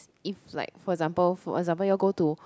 if like for example for example you all go to